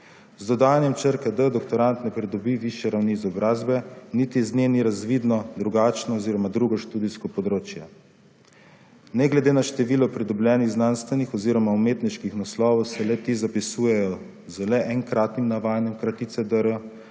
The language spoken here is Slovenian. Z dodajanjem črke »d«, doktorat ne pridobi višje ravni izobrazbe niti iz nje ni razvidno drugačno oziroma drugo študijsko področje. Ne glede na število pridobljenih znanstvenih oziroma umetniških naslovov se le ti zapisujejo z le enkrat navajanjem kratice »dr«,